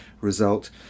result